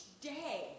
day